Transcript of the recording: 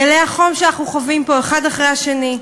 גלי החום שאנחנו חווים פה אחד אחרי השני,